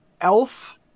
elf